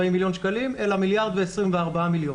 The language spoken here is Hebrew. מיליון שקלים אלא מיליארד ו-24 מיליון.